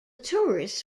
tourists